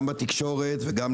גם בתקשורת וגם,